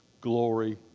glory